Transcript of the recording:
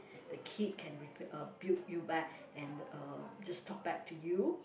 the kid can re~ uh ~buke you back and uh just talk back to you